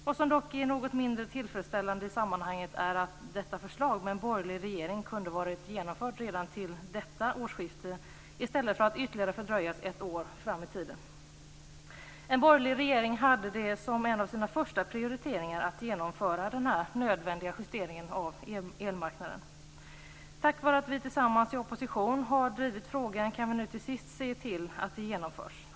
Vad som dock är något mindre tillfredsställande i sammanhanget är att detta förslag kunde ha varit genomfört redan till detta årsskifte om vi hade haft en borgerlig regering, i stället för att fördröjas ytterligare ett år fram i tiden. En borgerlig regering hade som en av sina första prioriteringar att genomföra denna nödvändiga justering av elmarknaden. Tack vare att vi tillsammans i opposition har drivit frågan kan vi nu till sist se till att det genomförs.